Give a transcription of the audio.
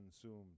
consumed